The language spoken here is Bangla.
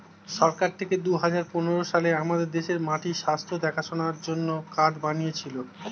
সরকার থেকে দুহাজার পনেরো সালে আমাদের দেশে মাটির স্বাস্থ্য দেখাশোনার জন্যে কার্ড বানিয়েছিলো